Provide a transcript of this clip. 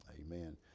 amen